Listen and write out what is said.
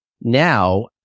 now